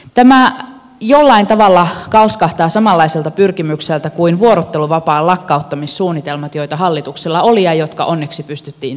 tämä jollain tavalla kalskahtaa samanlaiselta pyrkimykseltä kuin vuorotteluvapaan lakkauttamissuunnitelmat joita hallituksella oli ja jotka onneksi pystyttiin torjumaan